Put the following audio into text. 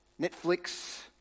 netflix